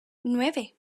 nueve